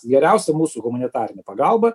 geriausia mūsų humanitarinė pagalba